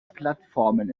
plattformen